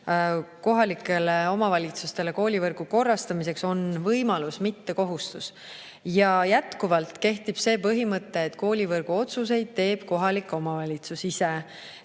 kohalikele omavalitsustele koolivõrgu korrastamiseks on võimalus, mitte kohustus. Jätkuvalt kehtib see põhimõte, et koolivõrgu otsuseid teeb kohalik omavalitsus ise.